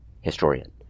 Historian